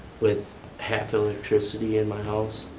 with half electricity in my house.